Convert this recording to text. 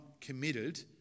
committed